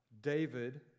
David